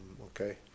Okay